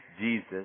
Jesus